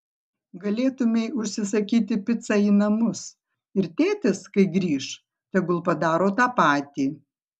galėtumei užsisakyti picą į namus ir tėtis kai grįš tegul padaro tą patį